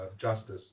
justice